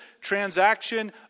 transaction